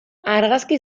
argazki